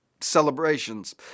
celebrations